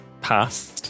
past